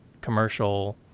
commercial